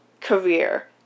career